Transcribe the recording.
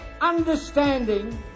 understanding